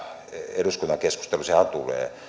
eduskunnan keskusteluhan tulee